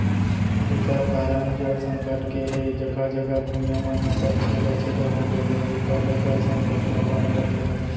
दूसर कारन जल संकट के हे जघा जघा भुइयां मन ह सब छेदा छेदा हो गए हे जेकर ले जल संकट हर बने रथे